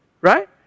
Right